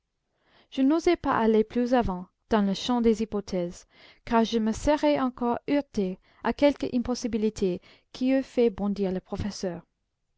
je n'osai pas aller plus avant dans le champ des hypothèses car je me serais encore heurté à quelque impossibilité qui eût fait bondir le professeur